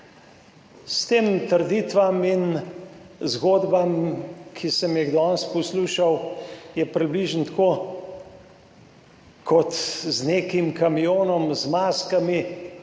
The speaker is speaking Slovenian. S temi trditvam in zgodbam, ki sem jih danes poslušal, je približno tako kot z nekim kamionom z maskami,